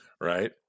right